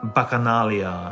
Bacchanalia